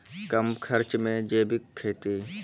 कम खर्च मे जैविक खेती?